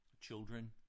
Children